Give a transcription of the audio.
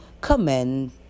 commend